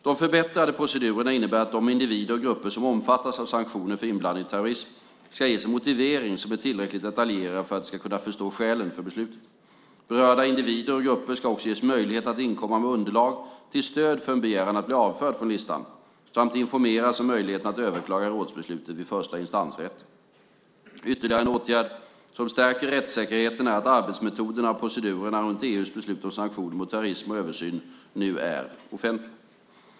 De förbättrade procedurerna innebär att de individer och grupper som omfattas av sanktioner för inblandning i terrorism ska ges en motivering som är tillräckligt detaljerad för att de ska kunna förstå skälen för beslutet. Berörda individer och grupper ska också ges möjlighet att inkomma med underlag till stöd för en begäran om att bli avförd från listan samt informeras om möjligheten att överklaga rådsbeslutet vid förstainstans-rätten. Ytterligare en åtgärd som stärker rättssäkerheten är att arbetsmetoderna och procedurerna runt EU:s beslut om sanktioner mot terrorism och översyn nu är offentliga.